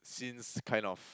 since kind of